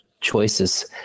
choices